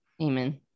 Amen